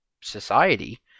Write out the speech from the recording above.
society